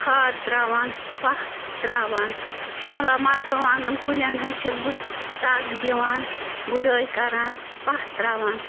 کھاد ترٛاوان پاہ ترٛاوان شِملا مَرژٕوانٛگَن کُلٮ۪ن حظ چھَس بہٕ سَگ دِوان گُڈٲے کَران پاہ ترٛاوان